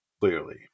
clearly